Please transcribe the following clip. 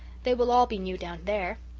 they will all be new down there.